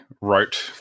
wrote